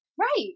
Right